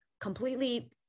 completely